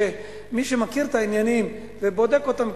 מי שמכיר את העניינים ובודק אותם,